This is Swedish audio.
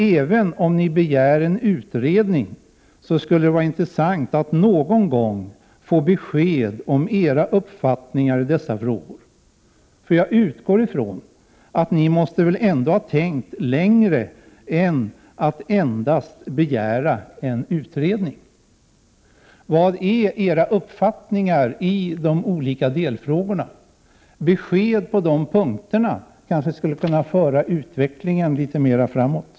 Även om ni begär en utredning skulle det vara intressant att någon gång få besked om era uppfattningar i dessa frågor. Jag utgår ifrån att ni väl ändå måste ha tänkt längre än till att endast begära en utredning. Vilka uppfattningar har ni i de olika delfrågorna? Besked på de punkterna kanske Prot. 1988/89:30 skulle kunna föra utvecklingen litet mera framåt.